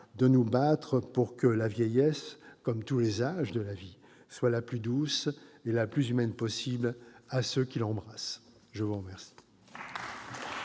de nous battre pour que la vieillesse, comme tous les âges de la vie, soit la plus douce et la plus humaine possible à ceux qui l'embrassent. La parole